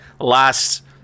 Last